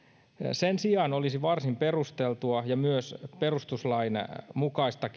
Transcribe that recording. sen sijaan olisi varsin perusteltua ja myös perustuslain mukaista